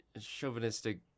chauvinistic